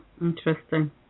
Interesting